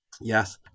Yes